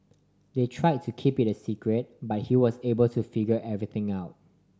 they try to keep it a secret but he was able to figure everything out